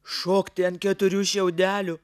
šokti ant keturių šiaudelių